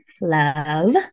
love